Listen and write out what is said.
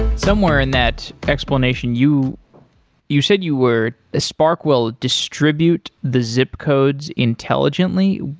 somewhere in that explanation, you you said you were ah spark will distribute the zip codes intelligently.